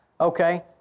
Okay